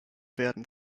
werden